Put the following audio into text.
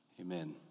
Amen